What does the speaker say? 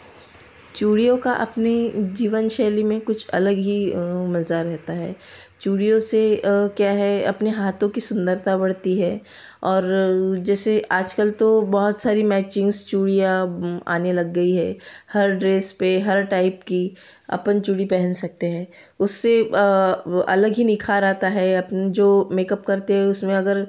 चूड़ियों का अपने जीवन शैली में कुछ अलग ही मज़ा रहता है चूड़ियों से क्या है अपने हाथों की सुंदरता बढ़ती है और जैसे आज कल तो बहुत सारी मैचिंग्स चूड़ियाँ आने लग गई है हर ड्रेस पर हर टाइप की अपन चूड़ी पहन सकते हैं उससे अलग ही निखार आता है अपने जो मेकअप करते हैं उसमें अगर